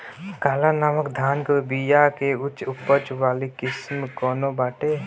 काला नमक धान के बिया के उच्च उपज वाली किस्म कौनो बाटे?